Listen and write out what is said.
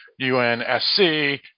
UNSC